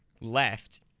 left